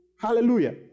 Hallelujah